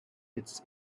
its